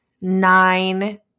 nine